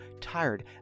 tired